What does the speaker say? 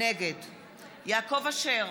נגד יעקב אשר,